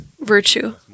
virtue